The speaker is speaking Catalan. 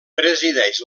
presideix